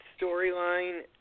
storyline